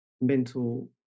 mental